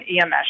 EMS